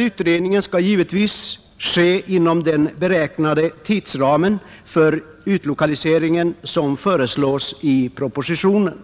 Utredningen skall givetvis ske inom den beräknade tidsram för utlokaliseringen som angivits i propositionen.